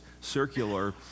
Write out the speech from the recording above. circular